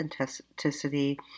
authenticity